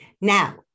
Now